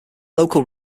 local